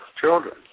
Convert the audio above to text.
children